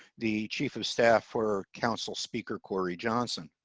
the chief of staff or council speaker corey johnson.